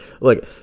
Look